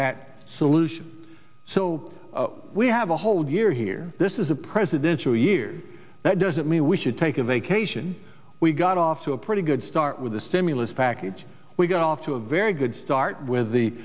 that solution so we have a whole year here this is a presidential year that doesn't mean we should take a vacation we got off to a pretty good start with the emulous package we got off to a very good start with the